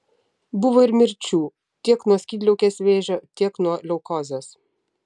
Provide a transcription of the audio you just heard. buvo ir mirčių tiek nuo skydliaukės vėžio tiek nuo leukozės